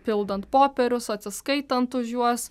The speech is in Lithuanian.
pildant popierius atsiskaitant už juos